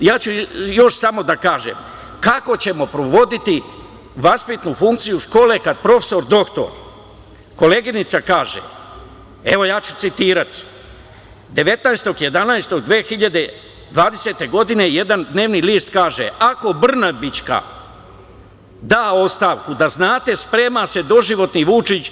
Još ću samo da kažem, kako ćemo provoditi vaspitnu funkciju škole, kada profesor doktor koleginica kaže, evo, ja ću citirati, 19. novembra 2020. godine, jedan dnevni list kaže: „Ako Brnabićka da ostavku, da znate, sprema se doživotni Vučić.